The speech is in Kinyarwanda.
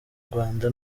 rwanda